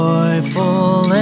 Joyful